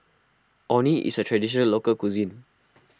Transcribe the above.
Orh Nee is a Traditional Local Cuisine